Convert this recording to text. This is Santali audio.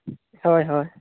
ᱦᱳᱭ ᱦᱳᱭ